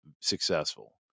successful